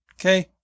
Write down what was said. Okay